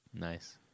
Nice